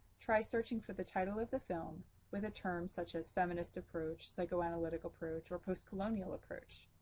try searching for the title of the film with a term such as feminist approach, psychoanalytic approach, or postcolonial approach.